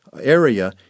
area